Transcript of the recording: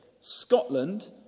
Scotland